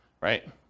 right